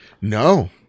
No